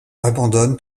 abandonne